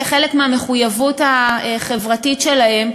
כחלק מהמחויבות החברתית שלהם,